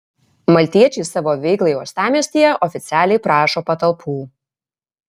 maltiečiai savo veiklai uostamiestyje oficialiai prašo patalpų